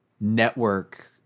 network